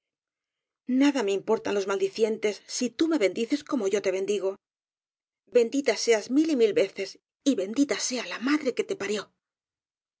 a me importan los maldicientes si tú me bendices como yo te bendigo bendita seas mil y mil veces y bendita sea la madre que te parió